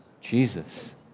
Jesus